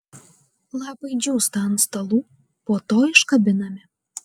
lapai džiūsta ant stalų po to iškabinami